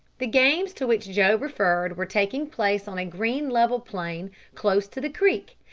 the games to which joe referred were taking place on a green level plain close to the creek,